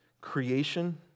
Creation